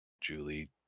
Julie